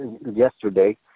yesterday